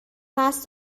قصد